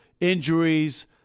injuries